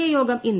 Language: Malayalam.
എ യോഗം ഇന്ന്